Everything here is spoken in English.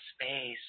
space